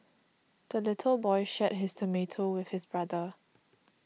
the little boy shared his tomato with his brother